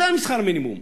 יותר משכר המינימום,